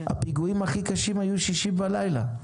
הפיגועים הכי קשים היו שישי בלילה.